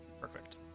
Perfect